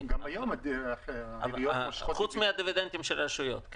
-- גם היום --- חוץ מהדיבידנדים של הרשויות.